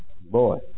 Boy